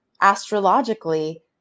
astrologically